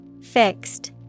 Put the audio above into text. Fixed